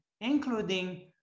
including